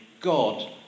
God